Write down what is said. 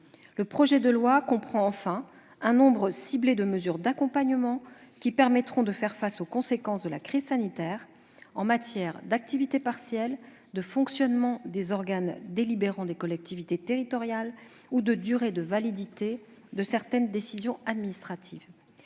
Le projet de loi comprend enfin un nombre ciblé de mesures d'accompagnement, qui permettront de faire face aux conséquences de la crise sanitaire, en matière d'activité partielle, de fonctionnement des organes délibérants des collectivités territoriales ou de durée de validité de certaines décisions administratives.